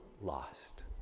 lost